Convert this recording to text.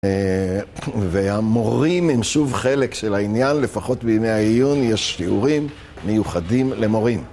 והמורים הם שוב חלק של העניין, לפחות בימי העיון יש שיעורים מיוחדים למורים.